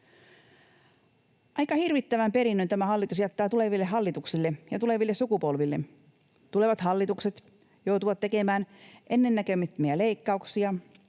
Aika hirvittävän perinnön tämä hallitus jättää tuleville hallituksille ja tuleville sukupolville. Tulevat hallitukset joutuvat tekemään ennennäkemättömiä leikkauksia,